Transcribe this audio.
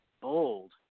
bold